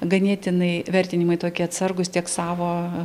ganėtinai vertinimai tokie atsargūs tiek savo